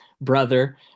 brother